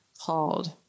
called